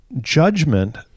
judgment